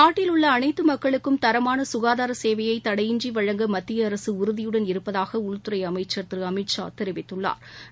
நாட்டிலுள்ள அனைத்து மக்களுக்கும் தரமான ககாதார சேவையை தடையின்றி வழங்க மத்திய அரசு உறுதியுடன் இருப்பதாக உள்துறை அமைச்சா் திரு அமித்ஷா தெரிவித்துள்ளாா்